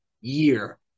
year